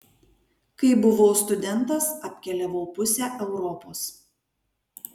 kai buvau studentas apkeliavau pusę europos